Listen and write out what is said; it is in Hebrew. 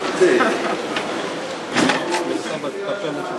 הוא הפסיק תפילת שמונה-עשרה.